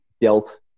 dealt